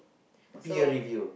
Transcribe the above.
so